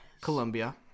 Colombia